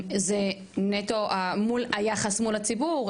זה נטו מול, היחס מול הציבור.